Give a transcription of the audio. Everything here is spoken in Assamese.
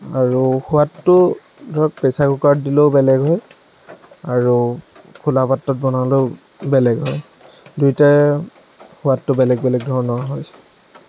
আৰু সোৱাদটো ধৰক প্ৰেছাৰ কুকাৰত দিলেও বেলেগ হয় আৰু খোলা পাত্ৰত বনালেও বেলেগ হয় দুয়োটাৰে সোৱাদটো বেলেগ বেলেগ ধৰণৰ হয়